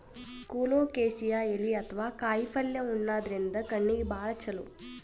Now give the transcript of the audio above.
colocasia ಎಲಿ ಅಥವಾ ಕಾಯಿಪಲ್ಯ ಉಣಾದ್ರಿನ್ದ ಕಣ್ಣಿಗ್ ಭಾಳ್ ಛಲೋ